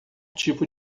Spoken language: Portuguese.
tipo